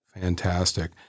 Fantastic